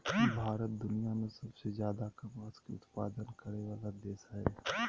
भारत दुनिया में सबसे ज्यादे कपास के उत्पादन करय वला देश हइ